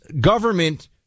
government